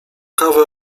kawę